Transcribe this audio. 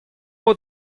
out